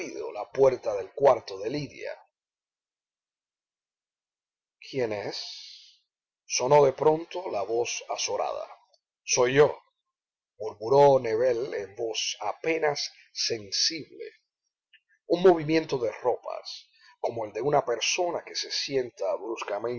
la puerta del cuarto de lidia quién es sonó de pronto la voz azorada soy yo murmuró nébel en voz apenas sensible un movimiento de ropas como el de una persona que se sienta